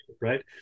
Right